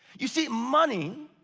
you see, money,